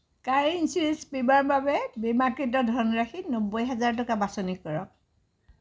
কাৰ insurance বীমাৰ বাবে বীমাকৃত ধনৰাশি নব্বৈ হেজাৰ টকা বাছনি কৰক